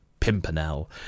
Pimpernel